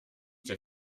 der